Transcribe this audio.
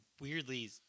weirdly